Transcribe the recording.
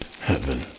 heaven